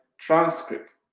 transcript